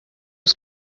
was